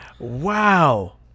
Wow